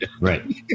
Right